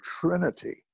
Trinity